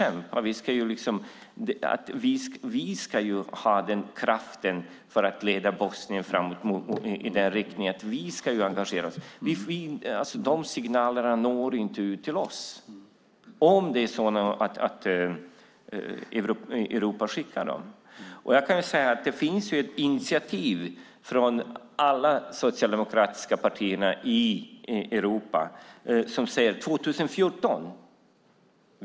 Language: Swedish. Är det att vi ska ha kraft att leda Bosnien framåt i rätt riktning, att vi måste engagera oss? De signalerna når inte ut till oss, ifall Europa skickar dem. Det finns ett initiativ från de socialdemokratiska partierna i Europa som handlar om 2014.